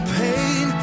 pain